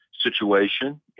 situation